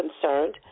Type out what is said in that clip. concerned